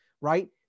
right